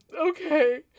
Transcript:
Okay